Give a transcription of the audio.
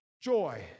joy